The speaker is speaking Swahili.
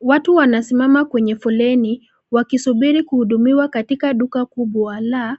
Watu wanasimama kwenye foleni wakisubiri kuhudumiwa katika duka kubwa la